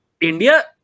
India